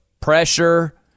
pressure